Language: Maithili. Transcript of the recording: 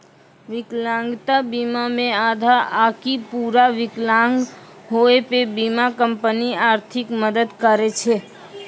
विकलांगता बीमा मे आधा आकि पूरा विकलांग होय पे बीमा कंपनी आर्थिक मदद करै छै